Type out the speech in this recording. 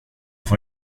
får